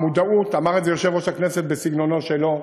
המודעות, אמר את זה יושב-ראש הכנסת בסגנונו שלו,